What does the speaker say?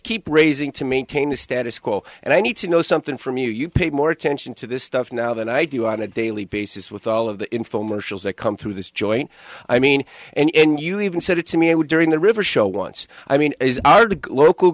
keep raising to maintain the status quo and i need to know something from you you pay more attention to this stuff now than i do on a daily basis with all of the infomercials that come through this joint i mean and you even said it to me it was during the river show once i mean the good local